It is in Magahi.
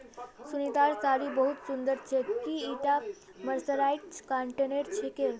सुनीतार साड़ी बहुत सुंदर छेक, की ईटा मर्सराइज्ड कॉटनेर छिके